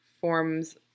forms